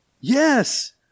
Yes